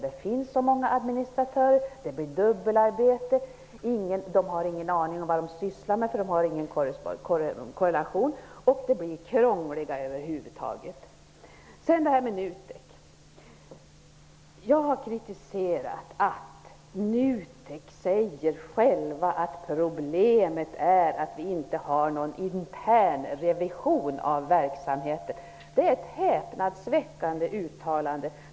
Det finns så många administratörer, det blir dubbelarbete, de har ingen aning om vad de andra sysslar med för de har ingen kollation, och det blir krångligare över huvud taget. Jag har kritiserat att man inom NUTEK själv säger att problemet är att man inte har någon intern revision av verksamheten. Det är ett häpnadsväckande uttalande!